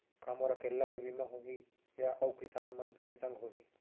का मोर अकेल्ला के बीमा होही या अऊ किसान मन के संग होही?